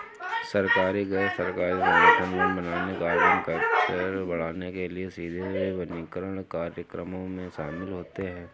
सरकारी, गैर सरकारी संगठन वन बनाने, कार्बन कैप्चर बढ़ाने के लिए सीधे वनीकरण कार्यक्रमों में शामिल होते हैं